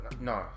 No